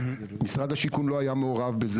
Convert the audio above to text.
משרד השיכון לא היה מעורב בזה,